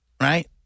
right